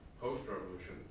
post-revolution